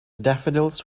daffodils